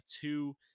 two